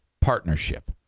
partnership